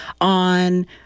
on